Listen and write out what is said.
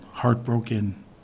heartbroken